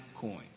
coin